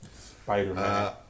Spider-Man